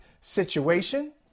situation